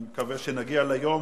אני מקווה שנגיע ליום